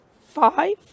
five